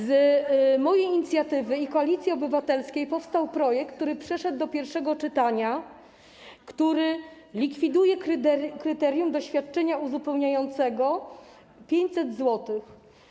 Z inicjatywy mojej i Koalicji Obywatelskiej powstał projekt, który przeszedł do pierwszego czytania, który likwiduje kryterium do świadczenia uzupełniającego 500 zł.